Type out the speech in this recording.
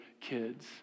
kids